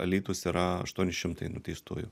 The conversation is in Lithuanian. alytus yra aštuoni šimtai nuteistųjų